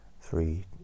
Three